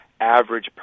average